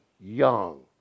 young